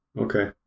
Okay